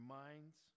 minds